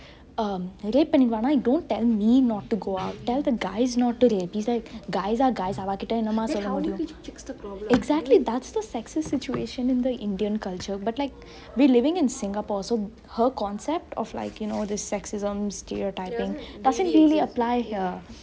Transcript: um rape பன்னிருவானா:panniruvaana you don't tell me not to go out tell the guys not to rape she's like guys are guys அவகிட்ட என்னமா சொல்ல முடியு:avakitte ennemaa solle mudiyu exactly that's the sexist situation in the indian culture but like we're living in singapore so her concept of like you know the sexism stereotyping doesn't really apply here